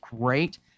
great